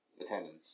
attendance